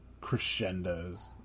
crescendos